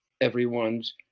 everyone's